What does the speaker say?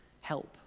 help